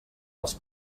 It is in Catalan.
els